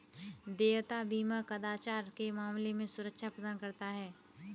देयता बीमा कदाचार के मामले में सुरक्षा प्रदान करता है